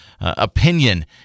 opinion